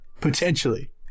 Potentially